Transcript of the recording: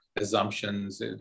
assumptions